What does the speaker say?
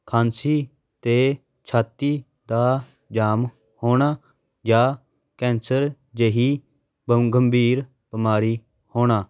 ਖਾਂਸੀ ਤੇਅ ਛਾਤੀ ਦਾ ਜਾਮ ਹੋਣਾ ਜਾਂ ਕੈਂਸਰ ਜਿਹੀ ਬਮ ਗੰਭੀਰ ਬਿਮਾਰੀ ਹੋਣਾ